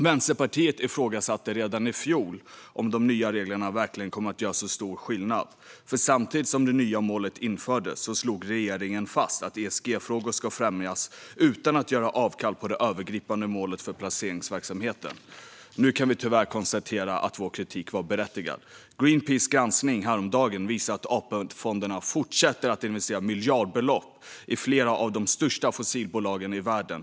Vänsterpartiet ifrågasatte redan i fjol om de nya reglerna verkligen kommer att göra så stor skillnad. Samtidigt som det nya målet infördes slog regeringen nämligen fast att ESG-frågor ska främjas utan att man gör avkall på det övergripande målet för placeringsverksamheten. Nu kan vi tyvärr konstatera att vår kritik var berättigad. Greenpeace granskning, som presenterades häromdagen, visar att AP-fonderna fortsätter att investera miljardbelopp i flera av de största fossilbolagen i världen.